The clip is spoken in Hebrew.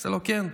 הוא אומר לי: כן,